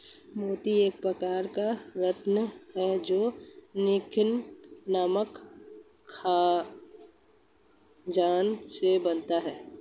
मोती एक प्रकार का रत्न है जो नैक्रे नामक खनिज से बनता है